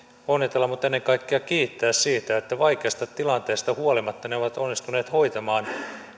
onnitella mutta ennen kaikkea kiittää siitä että vaikeasta tilanteesta huolimatta ne ovat onnistuneet hoitamaan